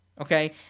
Okay